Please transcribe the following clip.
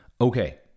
Okay